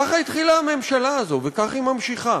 כך התחילה הממשלה הזאת וכך היא ממשיכה.